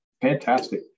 Fantastic